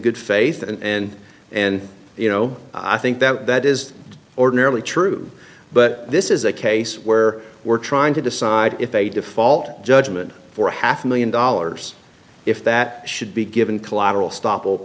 good faith and and you know i think that that is ordinarily true but this is a case where we're trying to decide if a default judgment for half a million dollars if that should be given collateral stop will